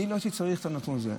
אני לא הייתי צריך את הנתון הזה.